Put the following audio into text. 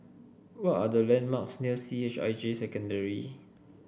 what are the landmarks near C H I J Secondary